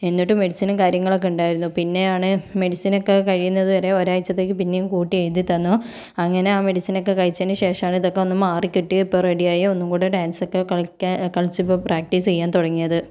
എന്നിട്ടു മെഡിസിനും കാര്യങ്ങളൊക്കെ ഉണ്ടായിരുന്നു പിന്നെ ആണ് മെഡിസിനൊക്കെ കഴിയുന്നത് വരെ ഒരാഴ്ചത്തേക്ക് പിന്നേം കൂട്ടി എഴുതി തന്നു അങ്ങനെ ആ മെഡിസിനൊക്കെ കഴിച്ചതിനു ശേഷമാണ് ഇതൊക്കെ ഒന്നു മാറിക്കിട്ടി ഇപ്പം റെഡിയായി ഒന്നും കൂടെ ഡാൻസ് ഒക്കെ കളി കളിച്ച് പ്രാക്ടീസ് ചെയ്യാൻ തുടങ്ങിയത്